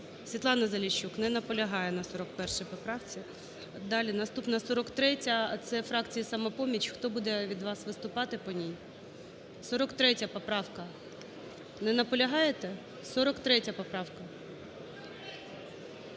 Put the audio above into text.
Світлана Заліщук не наполягає на 41 поправці. Далі. Наступна 43-а. Це фракції "Самопоміч". Хто буде від вас виступати по ній? 43 поправка. Не наполягаєте? 43 поправка.